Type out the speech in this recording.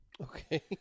Okay